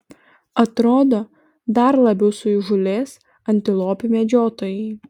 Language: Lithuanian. atrodo dar labiau suįžūlės antilopių medžiotojai